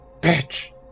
Bitch